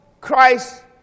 Christ